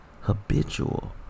habitual